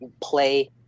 play